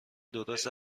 درست